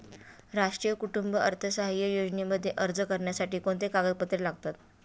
राष्ट्रीय कुटुंब अर्थसहाय्य योजनेमध्ये अर्ज करण्यासाठी कोणती कागदपत्रे लागतात?